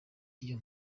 iyo